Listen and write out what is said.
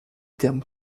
termes